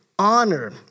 Honor